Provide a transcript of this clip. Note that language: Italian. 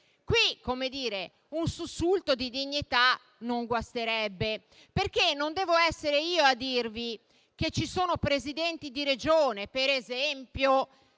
quali un sussulto di dignità non guasterebbe. Non devo essere io a dirvi che ci sono Presidenti di Regione, per esempio